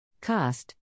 Cost